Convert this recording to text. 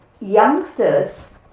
youngsters